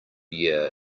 year